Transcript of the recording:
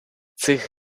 цих